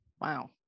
Wow